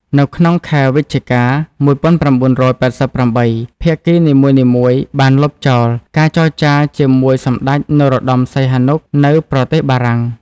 នៅក្នុងខែវិច្ឆិកា ១៩៨៨ ភាគីនីមួយៗបានលុបចោលការចរចាជាមួយសម្ដេច នរោត្តមសីហនុ នៅប្រទេសបារាំង។